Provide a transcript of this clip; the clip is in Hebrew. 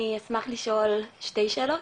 אני אשמח לשאול שתי שאלות,